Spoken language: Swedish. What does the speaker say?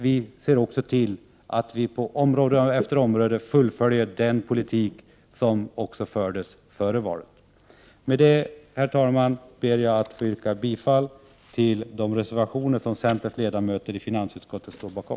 Vi ser också till att på område efter område fullfölja den politik som fördes före valet. Med detta, herr talman, ber jag att få yrka bifall till de reservationer som centerns ledamöter i finansutskottet står bakom.